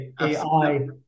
AI